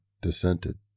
dissented